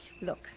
Look